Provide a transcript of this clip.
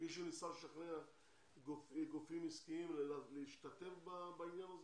מישהו ניסה לשכנע גופים עסקיים להשתתף בעניין הזה?